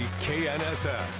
KNSS